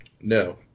No